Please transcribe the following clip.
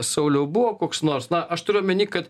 sauliau buvo koks nors na aš turiu omeny kad